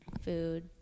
food